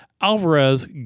Alvarez